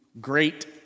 great